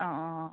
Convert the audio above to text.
অঁ অঁ